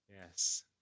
yes